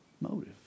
motive